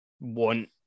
want